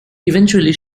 eventually